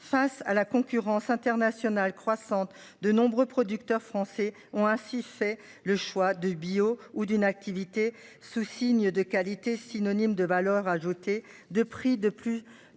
Face à la concurrence internationale croissante de nombreux producteurs français ont ainsi fait le choix de bio ou d'inactivité ce signe de qualité synonyme de valeur ajoutée de prix de plus